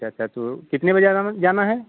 अच्छा अच्छा तो कितने बजे जाना है